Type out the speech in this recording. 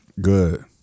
Good